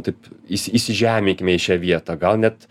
taip įsi įsižeminkime į šią vietą gal net